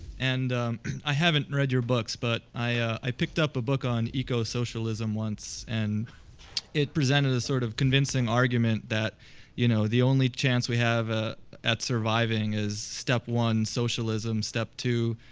and i haven't read your books. but i picked up a book on eco-socialism once. and it presented a sort of convincing argument that you know the only chance we have ah at surviving is, step one, socialism, step two,